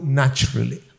naturally